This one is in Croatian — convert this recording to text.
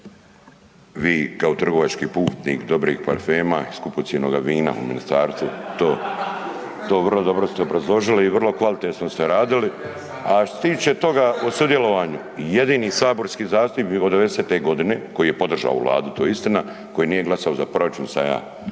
Vi kao trgovački putnik dobrih parfema i skupocjenoga vina u ministarstvu to vrlo dobro ste obrazložili i vrlo kvalitetno ste radili, a što se tiče toga o sudjelovanju jedini saborski zastupnik od '90. godine koji je podržao ovu Vladu to je istina, koji nije glasao za proračun sam ja.